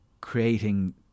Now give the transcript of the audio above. creating